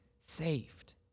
saved